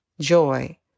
joy